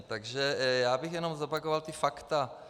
Takže bych jenom zopakoval fakta.